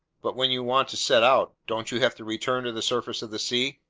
but when you want to set out, don't you have to return to the surface of the sea?